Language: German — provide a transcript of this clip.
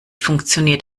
funktioniert